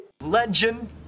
Legend